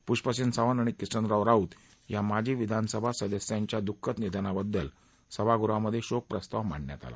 पुष्पसेन सावंत आणि किसनराव राऊत या माजी विधानसभा सदस्यांच्या दुःखद निधनाबद्दल सभागृहामधे शोक प्रस्ताव मांडण्यात आला